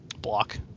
block